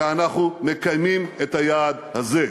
ואנחנו מקיימים את היעד הזה.